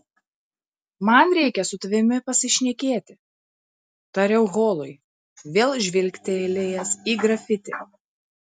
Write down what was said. man reikia su tavimi pasišnekėti tariau holui vėl žvilgtelėjęs į grafitį